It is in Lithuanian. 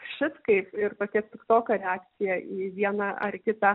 šit kaip ir tokia piktoka reakcija į vieną ar kitą